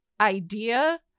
idea